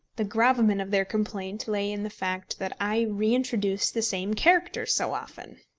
the gravamen of their complaint lay in the fact that i reintroduced the same characters so often!